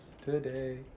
today